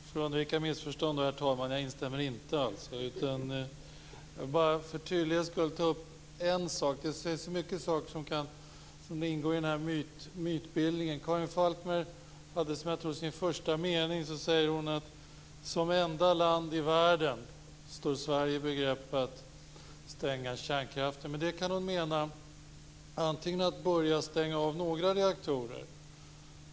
Herr talman! För att undvika missförstånd vill jag säga att jag inte alls instämmer. Jag vill bara för tydlighetens skull ta upp en sak. Det sägs mycket som ingår i en mytbildning. Karin Falkmer sade i, som jag tror, sin första mening: Som enda land i världen står Sverige i begrepp att stänga kärnkraftverk. Med det kan hon å ena sidan mena avstängning av några reaktorer.